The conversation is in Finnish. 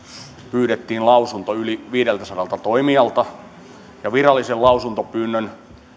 pyydettiin lausunto yli viideltäsadalta toimijalta ja virallisen lausuntopyynnön